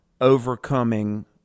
overcoming